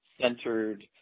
centered